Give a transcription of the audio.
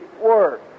work